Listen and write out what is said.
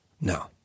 No